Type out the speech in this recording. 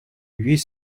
huit